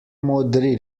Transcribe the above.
modri